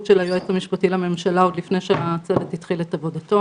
של היועץ המשפטי לממשלה עוד לפני שהצוות התחיל את עבודתו.